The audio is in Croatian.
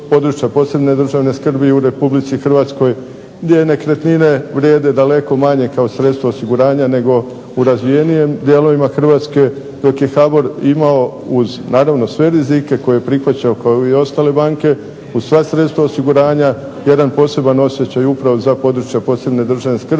HBOR imao, uz naravno sve rizike koje je prihvaćao kao i ostale banke, uz sva sredstva osiguranja jedan poseban osjećaj upravo za područja posebne državne skrbi,